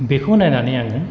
बेखौ नायनानै आङो